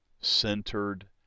centered